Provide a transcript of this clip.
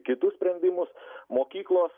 kitus sprendimus mokyklos